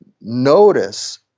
notice